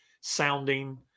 sounding